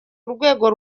urwego